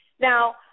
Now